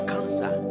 Cancer